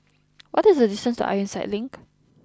what is the distance to Ironside Link